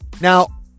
Now